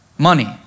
money